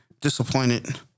Disappointed